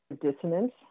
dissonance